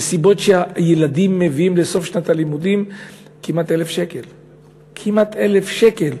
במסיבות שהילדים מביאים לסוף שנת הלימודים כמעט 1,000 שקל.